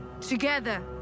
Together